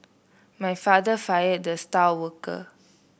my father fired the star worker